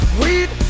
weed